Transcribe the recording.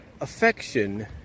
affection